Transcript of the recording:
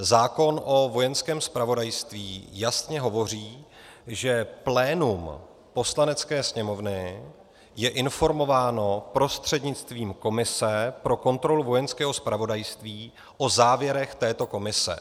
Zákon o Vojenském zpravodajství jasně hovoří, že plénum Poslanecké sněmovny je informováno prostřednictvím komise pro kontrolu Vojenského zpravodajství o závěrech této komise.